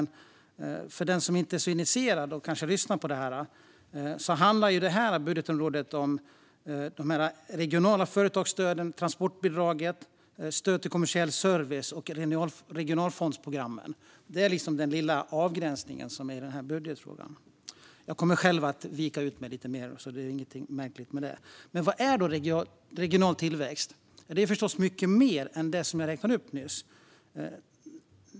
Men för den som lyssnar och kanske inte är så initierad handlar detta budgetområde om de regionala företagsstöden, transportbidraget, stöd till kommersiell service och regionalfondsprogrammen. Det är avgränsningen i denna budgetfråga. Jag kommer själv att göra lite utvikningar; det är inget märkligt med det. Men vad är då regional tillväxt? Det är förstås mycket mer än det jag nyss räknade upp.